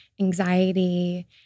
anxiety